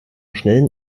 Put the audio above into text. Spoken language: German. schnellen